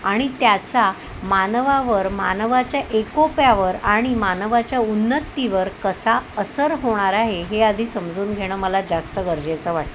आणि त्याचा मानवावर मानवाच्या एकोप्यावर आणि मानवाच्या उन्नतीवर कसा असर होणार आहे हे आधी समजून घेणं मला जास्त गरजेचं वाटतं